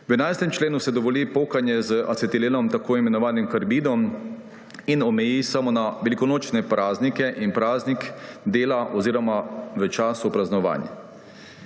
V 11. členu se dovoli pokanje z acetilenom, tako imenovanim karbidom, in omeji samo na velikonočne praznike in praznik dela oziroma čas praznovanj.